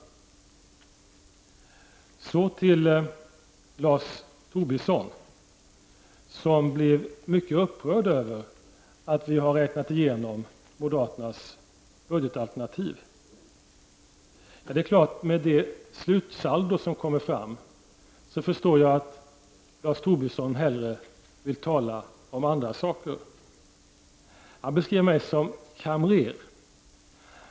Så till Lars Tobisson som blev mycket upprörd över att vi har räknat igenom moderaternas budgetalternativ. Med tanke på det slutsaldo som kommer fram förstår jag att Lars Tobisson hellre vill tala om andra saker. Han beskrev mig som kamrer.